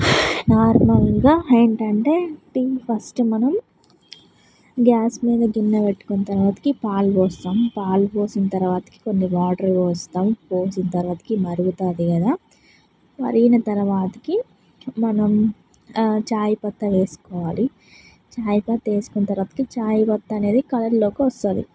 నార్మల్గా ఎంటంటే tea first మనం గ్యాస్ మీద గిన్నె పెట్టుకున్న తర్వాత పాలు పోస్తాం పాలు పోసిన తర్వాత కొన్ని వాటర్ పోస్తాం పోసిన తర్వాత మరుగుతుంది కదా మరిగిన తర్వాత మనం చాయ్పత్తా వేసుకోవాలి చాయ్పత్తా వేసుకున్న తర్వాత చాయ్పత్తా అనేది కలర్లోకి వస్తుంది